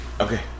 Okay